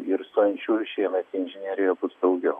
ir stojančiųjų šiemet į inžineriją bus daugiau